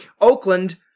Oakland